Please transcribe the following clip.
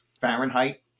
Fahrenheit